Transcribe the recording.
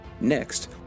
Next